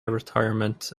retirement